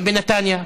גם בנתניה,